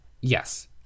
Yes